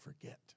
forget